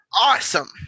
awesome